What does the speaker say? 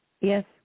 Yes